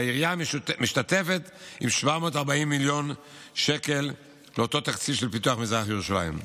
והעירייה משתתפת עם 740 מיליון שקל באותו תקציב של פיתוח מזרח ירושלים.